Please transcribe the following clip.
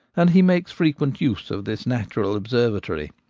and he makes frequent use of this natural observatory,